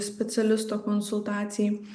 specialisto konsultacijai